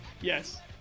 Yes